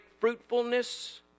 fruitfulness